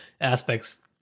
aspects